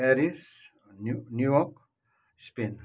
Paris New New York Spain